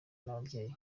n’ababyeyi